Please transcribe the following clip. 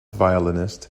violinist